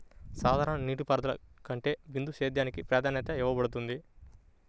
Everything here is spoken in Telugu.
సాధారణ నీటిపారుదల కంటే బిందు సేద్యానికి ప్రాధాన్యత ఇవ్వబడుతుంది